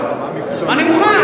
אני מוכן,